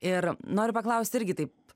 ir noriu paklausti irgi taip